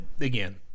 again